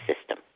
system